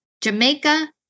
Jamaica